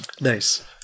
Nice